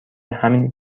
همین